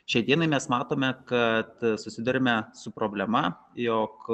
šiai dienai mes matome kad susiduriame su problema jog